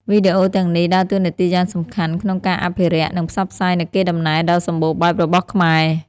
វីដេអូទាំងនេះដើរតួនាទីយ៉ាងសំខាន់ក្នុងការអភិរក្ស និងផ្សព្វផ្សាយនូវកេរដំណែលដ៏សម្បូរបែបរបស់ខ្មែរ។